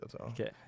Okay